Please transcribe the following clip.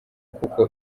kuko